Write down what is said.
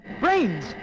Brains